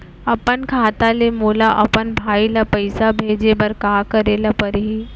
अपन खाता ले मोला अपन भाई ल पइसा भेजे बर का करे ल परही?